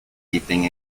evening